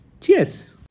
cheers